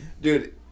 Dude